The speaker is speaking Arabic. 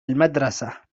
المدرسة